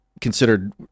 considered